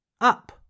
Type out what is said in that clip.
up